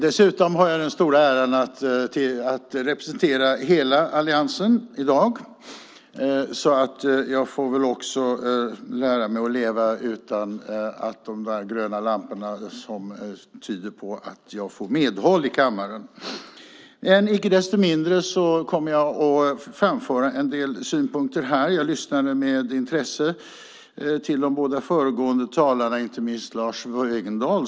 Jag har den stora äran att representera hela alliansen i dag, så jag får väl även lära mig att leva utan de gröna lamporna som tyder på att jag får medhåll i kammaren. Icke desto mindre kommer jag att framföra en del synpunkter. Jag lyssnade med intresse till de båda föregående talarna, inte minst Lars Wegendal.